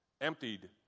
emptied